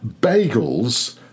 bagels